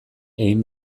egin